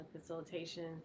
facilitation